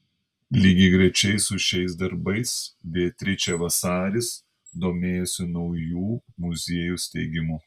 lygiagrečiai su šiais darbais beatričė vasaris domėjosi naujų muziejų steigimu